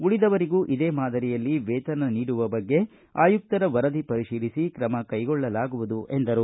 ಉಳಿದವರಿಗೂ ಇದೇ ಮಾದರಿಯಲ್ಲಿ ವೇತನ ನೀಡುವ ಬಗ್ಗೆ ಆಯುಕ್ತರ ವರದಿ ಪರಿಶೀಲಿಸಿ ತ್ರಮ ಕೈಗೊಳ್ಳುಲಾಗುವುದು ಎಂದರು